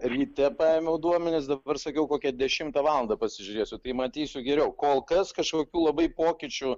ryte paėmiau duomenis dabar sakiau kokią dešimtą valandą pasižiūrėsiu tai matysiu geriau kol kas kažkokių labai pokyčių